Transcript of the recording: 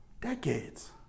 Decades